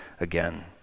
again